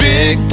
Big